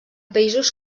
països